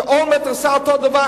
כשאולמרט עשה אותו דבר,